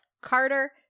carter